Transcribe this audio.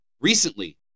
Recently